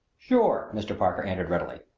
sure! mr. parker answered readily.